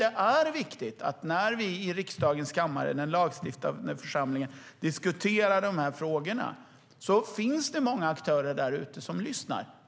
Det är viktigt att vi vet att när vi i riksdagens kammare - i den lagstiftande församlingen - diskuterar frågorna finns det många aktörer där ute som lyssnar.